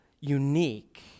unique